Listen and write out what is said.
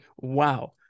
Wow